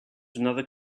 another